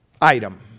item